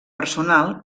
personal